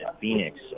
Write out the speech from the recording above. Phoenix